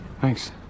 Thanks